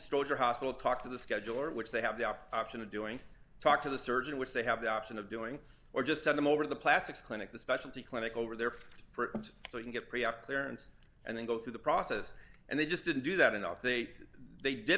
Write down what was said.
the hospital talk to the scheduler which they have the option of doing talk to the surgeon which they have the option of doing or just send them over to the plastics clinic the specialty clinic over there for print so you can get pre op clearance and then go through the process and they just didn't do that enough they they did